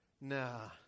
Nah